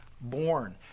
born